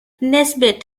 nesbitt